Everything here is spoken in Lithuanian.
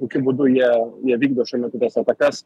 kokiu būdu jie jie vykdo šiuo metu tas atakas